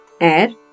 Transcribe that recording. air